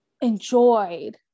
enjoyed